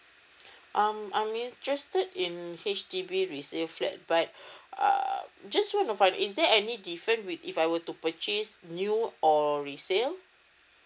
um I'm interested in H_D_B resales flat but err just want to find out if there is any different with if I were to purchase new or resale